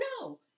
no